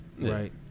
right